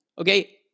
okay